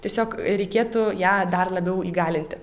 tiesiog reikėtų ją dar labiau įgalinti